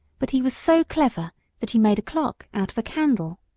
but he was so clever that he made a clock out of a candle.